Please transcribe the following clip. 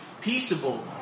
peaceable